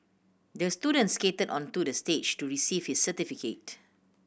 the student skated onto the stage to receive his certificate